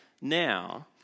Now